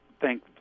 thank